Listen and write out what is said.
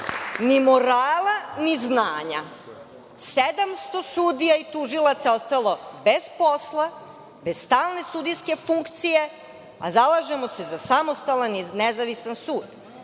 Ni morala, ni znanja. Sedamsto sudija i tužilaca ostalo je bez posla, bez stalne sudijske funkcije, a zalažemo se za samostalan i nezavisan sud.